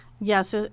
Yes